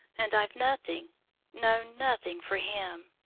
and i've nothing no nothing for him.